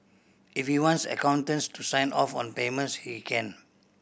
if you wants accountants to sign off on payments he can